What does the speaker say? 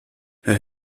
herr